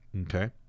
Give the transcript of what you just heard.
okay